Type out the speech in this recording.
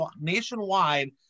nationwide